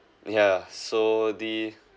yeah so the